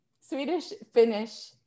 Swedish-Finnish